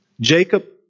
Jacob